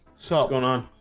salt going on